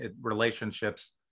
Relationships